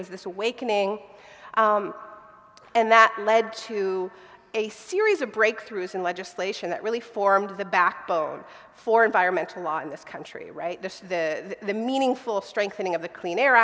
was this awakening and that led to a series of breakthroughs in legislation that really formed the backbone for environmental law in this country right to the meaningful strengthening of the clean air